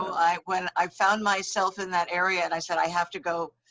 i, when i found myself in that area and i said, i have to go,